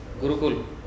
Gurukul